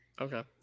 okay